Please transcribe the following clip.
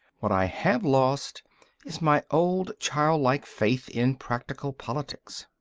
what i have lost is my old childlike faith in practical politics.